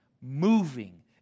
moving